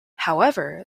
however